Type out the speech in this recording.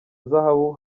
zahabu